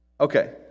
Okay